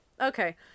Okay